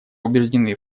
убеждены